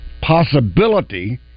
possibility